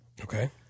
Okay